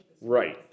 Right